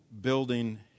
building